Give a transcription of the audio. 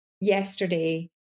yesterday